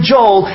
Joel